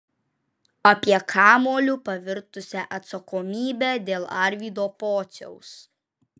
apie kamuoliu pavirtusią atsakomybę dėl arvydo pociaus